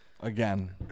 Again